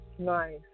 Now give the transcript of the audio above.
nice